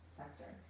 sector